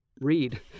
read